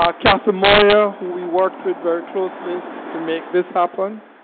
um kathleen moyer, who we worked with very closely to make this happen.